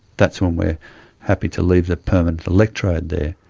that's when we are happy to leave the permanent electrode there.